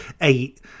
eight